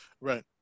Right